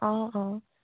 অঁ অঁ